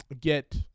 get